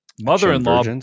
mother-in-law